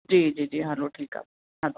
जी जी जी हलो ठीकु आहे हलो